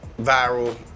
viral